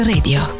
Radio